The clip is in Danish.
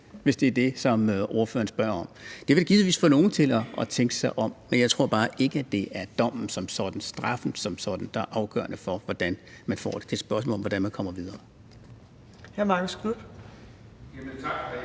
hvis det er det, ordføreren spørger om – at tænke sig om, men jeg tror bare ikke, at det er dommen og straffen som sådan, der er afgørende for, hvordan man får det, men at det er et spørgsmål om, hvordan man kommer videre.